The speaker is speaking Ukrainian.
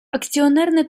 акціонерне